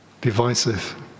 divisive